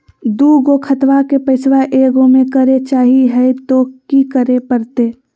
दू गो खतवा के पैसवा ए गो मे करे चाही हय तो कि करे परते?